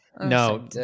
No